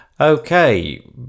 Okay